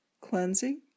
cleansing